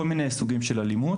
מדובר בכל מיני סוגים של אלימות.